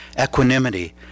equanimity